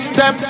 Step